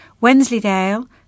Wensleydale